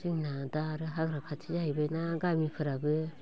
जोंना दा आरो हाग्रा खाथि जाहैबायना गामिफोराबो